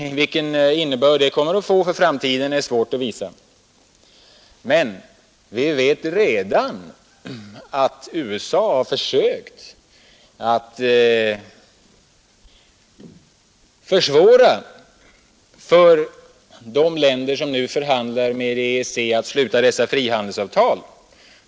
Vilka konsekvenser det kommer att få i framtiden är svårt att avgöra, men vi vet att USA redan har försökt resa svårigheter för de länder som nu förhandlar med EEC om frihandelsavtal.